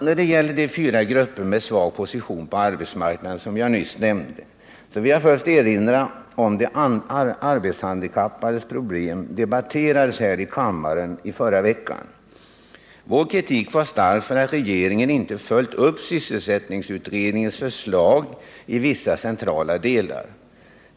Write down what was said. När det gäller de fyra grupper med svag position på arbetsmarknaden som jag nyss nämnde, så vill jag först erinra om att de arbetshandikappades problem debatterades här i kammaren förra veckan. Vår kritik var stark mot att regeringen inte hade följt upp sysselsättningsutredningens förslag i vissa centrala delar.